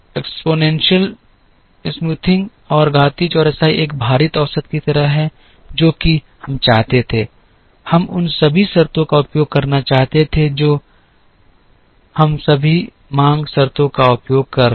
इसलिए घातीय चौरसाई एक भारित औसत की तरह है जो कि हम चाहते थे हम उन सभी शर्तों का उपयोग करना चाहते थे जो हम सभी मांग शर्तों का उपयोग कर रहे हैं